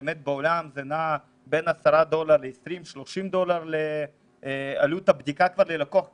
בעולם עלות הבדיקה נעה בין 10 ל-20-30 דולר ללקוח קצה.